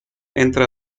entra